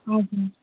हजुर